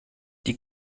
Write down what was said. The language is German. die